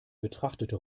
betrachtete